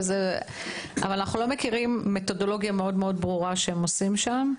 אבל אנחנו לא מכירים מתודולוגיה ברורה מאוד שהם עושים שם.